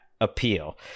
appeal